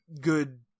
good